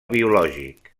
biològic